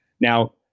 Now